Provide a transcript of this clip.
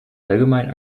allgemein